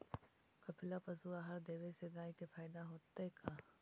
कपिला पशु आहार देवे से गाय के फायदा होतै का?